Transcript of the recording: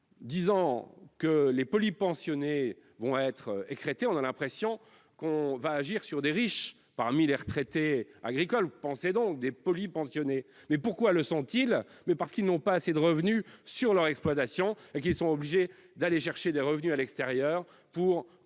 disant que les polypensionnés vont être écrêtés, on a l'impression que l'on va agir sur des riches parmi les retraités agricoles. Pensez donc, des polypensionnés ... Mais pourquoi le sont-ils ? Parce qu'ils n'ont pas assez de revenus sur leur exploitation et qu'ils sont obligés d'aller chercher des revenus à l'extérieur pour compléter